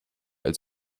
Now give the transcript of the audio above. als